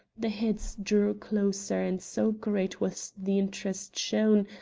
the heads drew closer and so great was the interest shown,